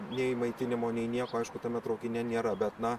nei maitinimo nei nieko aišku tame traukinyje nėra bet na